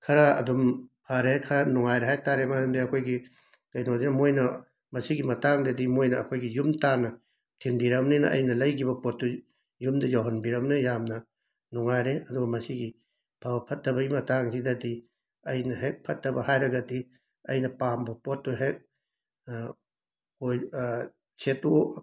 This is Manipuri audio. ꯈꯔ ꯑꯗꯨꯝ ꯐꯔꯦ ꯈꯔ ꯅꯨꯉꯥꯏꯔꯦ ꯍꯥꯏꯇꯥꯔꯦ ꯃꯔꯝꯗꯤ ꯑꯩꯈꯣꯏꯒꯤ ꯀꯩꯅꯣꯁꯦ ꯃꯣꯏꯅ ꯃꯁꯤꯒꯤ ꯃꯇꯥꯡꯗꯗꯤ ꯃꯣꯏꯅ ꯑꯩꯈꯣꯏꯒꯤ ꯌꯨꯝ ꯇꯥꯟꯅ ꯊꯤꯟꯕꯤꯔꯛꯑꯕꯅꯤꯅ ꯑꯩꯅ ꯂꯩꯈꯤꯕ ꯄꯣꯠꯇꯨ ꯌꯨꯝꯗ ꯌꯧꯍꯟꯕꯤꯔꯕꯅꯤꯅ ꯌꯥꯝꯅ ꯅꯨꯡꯉꯥꯏꯔꯦ ꯑꯗꯣ ꯃꯁꯤꯒꯤ ꯐꯕ ꯐꯠꯇꯕꯒꯤ ꯃꯇꯥꯡꯁꯤꯗꯗꯤ ꯑꯩꯅ ꯍꯦꯛ ꯐꯠꯇꯕ ꯍꯥꯏꯔꯒꯗꯤ ꯑꯩꯅ ꯄꯥꯝꯕ ꯄꯣꯠꯇꯣ ꯍꯦꯛ ꯑꯣꯏ ꯁꯦꯠꯇꯣꯛ